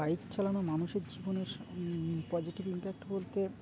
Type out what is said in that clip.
bike চালানো মানুষের জীবনের পজিটিভ ইম্প্যাক্ট বলতে